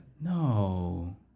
No